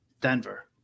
Denver